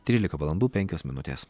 trylika valandų penkios minutės